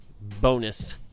bonus